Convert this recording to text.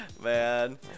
Man